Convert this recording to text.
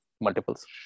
multiples